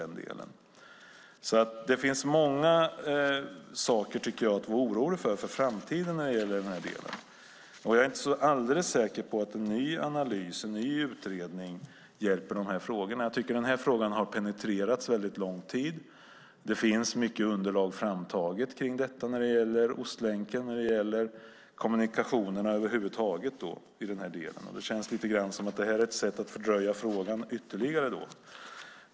Det finns många saker, tycker jag, att vara orolig för inför framtiden. Jag är inte alldeles säker på att en ny analys, en ny utredning, hjälper i de här frågorna. Jag tycker att den här frågan har penetrerats under en väldigt lång tid. Det finns mycket underlag framtaget kring detta när det gäller Ostlänken och när det gäller kommunikationerna över huvud taget i den här delen. Det känns lite grann som att det här är ett sätt att fördröja frågan ytterligare.